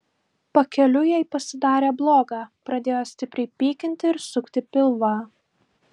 pakeliui jai pasidarė bloga pradėjo stipriai pykinti ir sukti pilvą